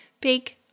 big